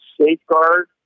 safeguard